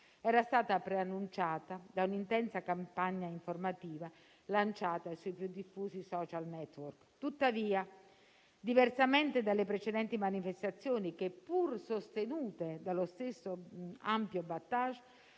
era stata preannunciata da un'intensa campagna informativa lanciata sui più diffusi *social network.* Tuttavia, diversamente dalle precedenti manifestazioni, che pur sostenute dallo stesso ampio *battage*